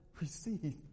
receive